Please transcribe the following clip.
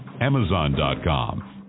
Amazon.com